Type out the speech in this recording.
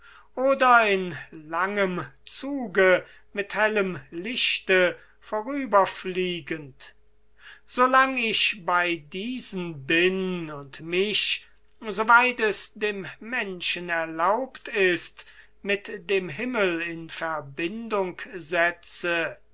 oder in langem zuge mit hellem lichte vorüberfliegend so lang ich bei diesen bin und mich so weit es dem menschen erlaubt ist mit dem himmel in verbindung setze